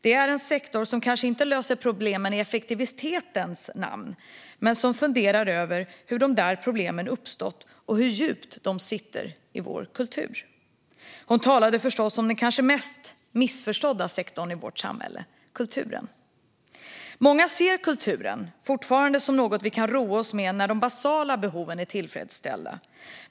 Det är en sektor som kanske inte löser problem i effektivitetens namn men som funderar över hur de där problemen uppstått och hur djupt de sitter i vår kultur. Hon talade förstås om den kanske mest missförstådda sektorn i vårt samhälle: kulturen. Många ser fortfarande kulturen som något vi kan roa oss med när de basala behoven är tillfredsställda.